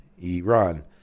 Iran